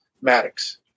Maddox